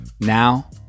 Now